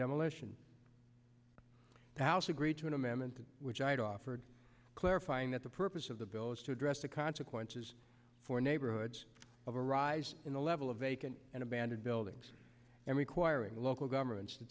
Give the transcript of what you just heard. to which i had offered clarifying that the purpose of the bill is to address the consequences for neighborhoods of a rise in the level of vacant and abandoned buildings and requiring local governments to